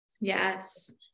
Yes